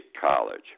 college